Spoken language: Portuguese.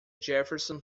jefferson